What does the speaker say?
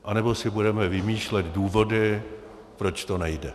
Anebo si budeme vymýšlet důvody, proč to nejde.